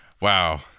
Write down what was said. wow